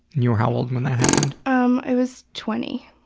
you were how old when that happened? um i was twenty.